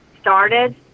started